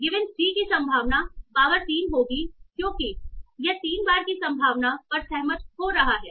c संभावना की power 3 होगी क्योंकि यह 3 बार की संभावना पर सहमत हो रहा है